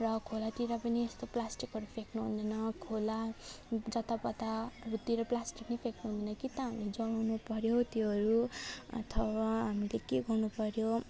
र खोलातिर पनि यस्तो प्लास्टिकहरू फ्याक्नु हुँदैन खोला जता पताहरूतिर प्लास्टिक पनि फ्याँक्नु हुन्न कि त हामीले जलाउनु पर्यो त्योहरू अथवा हामीले के गर्नु पर्यो